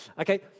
Okay